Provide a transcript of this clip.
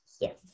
Yes